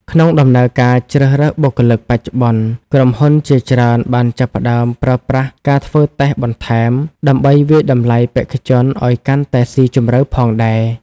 ក្នុងដំណើរការជ្រើសរើសបុគ្គលិកបច្ចុប្បន្ន ក្រុមហ៊ុនជាច្រើនបានចាប់ផ្ដើមប្រើប្រាស់ការធ្វើតេស្តបន្ថែម ដើម្បីវាយតម្លៃបេក្ខជនឲ្យកាន់តែស៊ីជម្រៅផងដែរ។